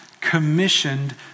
commissioned